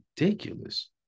ridiculous